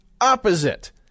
opposite